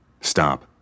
Stop